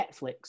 Netflix